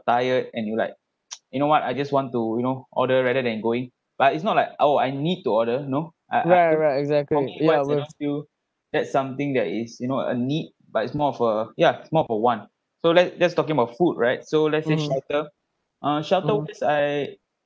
tired and you like you know what I just want to you know order rather than going but it's not like oh I need to order you know I I think for me what's in those few that something that is you know a need but it's more of a ya its more of a want so let's just talking about food right so let's say shelter uh shelter wise I